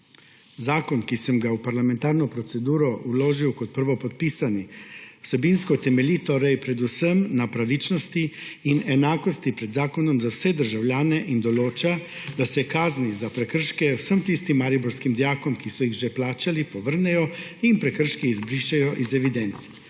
Zakon, ki sem ga v parlamentarno proceduro vložil kot prvopodpisani, vsebinsko temelji torej predvsem na pravičnosti in enakosti pred zakonom za vse državljane in določa, da se kazni za prekrške vsem tistim mariborskim dijakom, ki so jih že plačali, povrnejo in prekrški izbrišejo iz evidenc.